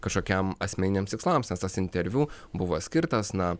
kažkokiam asmeniniams tikslams nes tas interviu buvo skirtas na